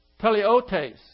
teleotes